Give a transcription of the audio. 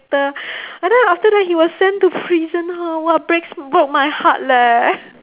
but then after that he was sent to prison hor !wah! breaks broke my heart leh